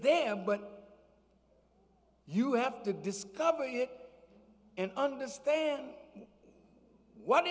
them but you have to discover and understand what